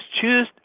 Choose